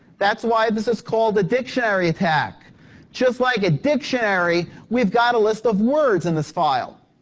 that's why this is called the dictionary attack just like a dictionary. we've got a list of words in this file.